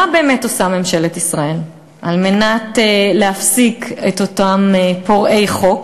מה באמת עושה ממשלת ישראל על מנת להפסיק את מעשי אותם פורעי חוק